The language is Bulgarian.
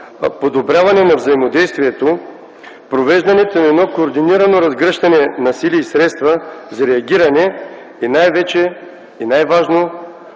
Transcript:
подобряване на взаимодействието в провеждането на едно координирано разгръщане на сили и средства за реагиране и най-вече,